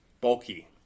bulky